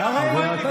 ביותר, המפא"יניקים.